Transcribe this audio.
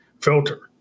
filter